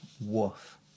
woof